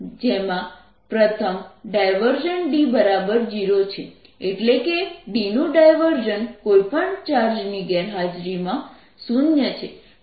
જેમાં પ્રથમ D 0 છે એટલે કે D નું ડાયવર્જન્સ કોઈ પણ ચાર્જની ગેરહાજરીમાં શૂન્ય છે